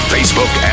Facebook